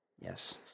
Yes